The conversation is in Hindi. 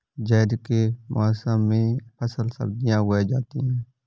ज़ैद के मौसम में फल सब्ज़ियाँ उगाई जाती हैं